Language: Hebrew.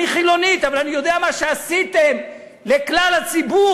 "אני חילונית אבל אני יודעת מה שעשיתם לכלל הציבור,